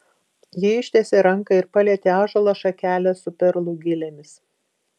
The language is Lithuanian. ji ištiesė ranką ir palietė ąžuolo šakelę su perlų gilėmis